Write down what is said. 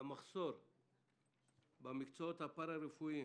המחסור במקצועות הפרה-רפואיים